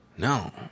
No